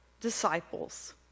disciples